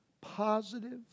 positive